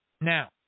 Now